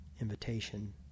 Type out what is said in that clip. invitation